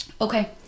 Okay